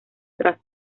tras